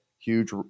Huge